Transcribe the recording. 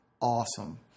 awesome